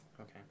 okay